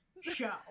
show